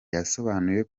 yasobanuye